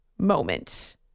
moment